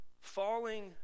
falling